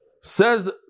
says